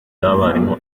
y’abarimu